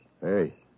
Hey